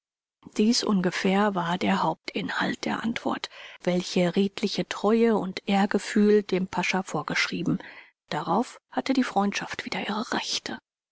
dies ungefähr war der hauptinhalt der antwort welche redliche treue und ehrgefühl dem pascha vorschrieben darauf hatte die freundschaft wieder ihre rechte